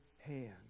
hand